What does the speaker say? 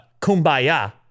kumbaya